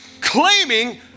claiming